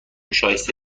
شایسته